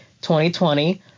2020